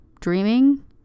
dreaming